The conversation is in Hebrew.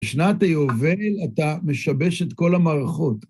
בשנת היובל אתה משבש את כל המערכות.